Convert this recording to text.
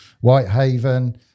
Whitehaven